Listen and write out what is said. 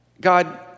God